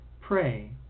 Pray